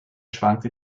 schwankte